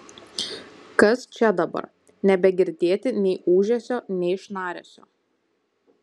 kas čia dabar nebegirdėti nei ūžesio nei šnaresio